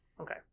Okay